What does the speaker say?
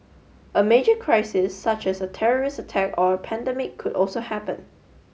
a major crisis such as a terrorist attack or a pandemic could also happen